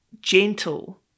gentle